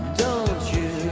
don't you